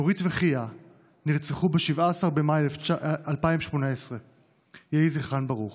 נורית וחיאת נרצחו ב-17 במאי 2018. יהי זכרן ברוך.